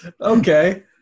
Okay